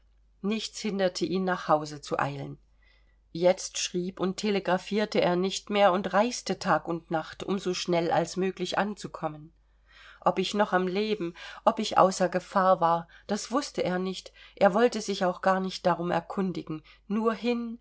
nichts hinderte ihn nach hause zu eilen jetzt schrieb und telegraphierte er nicht mehr und reiste tag und nacht um so schnell als möglich anzukommen ob ich noch am leben ob ich außer gefahr war das wußte er nicht er wollte sich auch gar nicht darum erkundigen nur hin